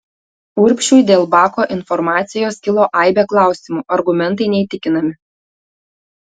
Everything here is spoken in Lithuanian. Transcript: urbšiui dėl bako informacijos kilo aibė klausimų argumentai neįtikinami